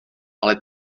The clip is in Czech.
ale